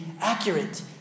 accurate